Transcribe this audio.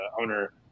owner